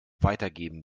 weitergeben